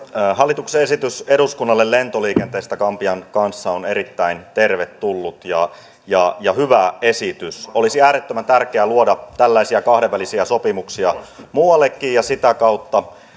hallituksen esitys eduskunnalle lentoliikenteestä gambian kanssa on erittäin tervetullut ja hyvä esitys olisi äärettömän tärkeä luoda tällaisia kahdenvälisiä sopimuksia muuallekin ja sitä kautta